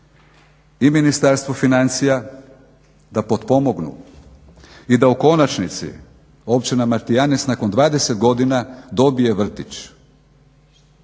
i Ministarstvu financija da potpomognu i da u konačnici Općina Martijanec nakon 20 godina dobije vrtić.